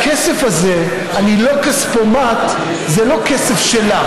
הכסף הזה, אני לא כספומט, זה לא כסף שלך,